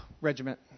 regiment